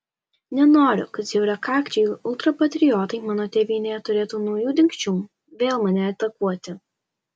nenoriu kad siaurakakčiai ultrapatriotai mano tėvynėje turėtų naujų dingsčių vėl mane atakuoti